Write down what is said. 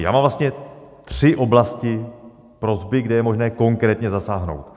Já mám vlastně tři oblasti prosby, kde je možné konkrétně zasáhnout.